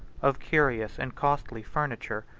of curious and costly furniture,